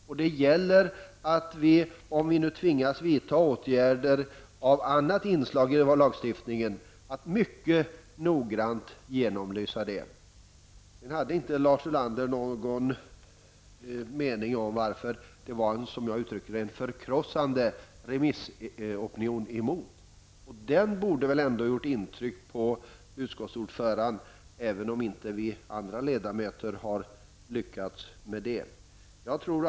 Om vi nu tvingas att vidta andra åtgärder genom lagstiftningen, måste detta genomlysas mycket noga. Lars Ulander hade inte någon åsikt om varför det, som jag uttryckt det, fanns en förkrossande remissopinion mot lagförslaget. Den borde väl ändå gjort intryck på utskottets ordförande, även om inte vi andra ledamöter har lyckats med detta. Herr talman!